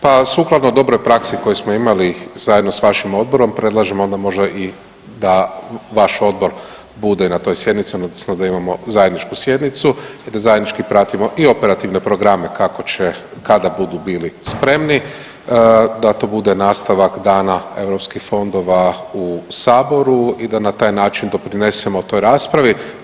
Pa sukladno dobroj praksi koje smo imali zajedno sa vašim odborom predlažem onda možda i da vaš odbor bude na toj sjednici odnosno da imamo zajedničku sjednicu i da zajednički pratimo i operativne programe kako će kada budu bili spremni, da to bude nastavak dana europskih fondova u saboru i da na taj način doprinesemo toj raspravi.